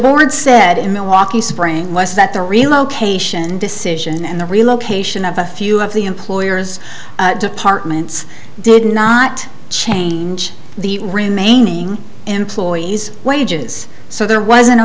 board said in milwaukee spring less that the relocation decision and the relocation of a few of the employers departments did not change the remaining employees wages so there wasn't a